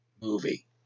movie